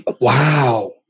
wow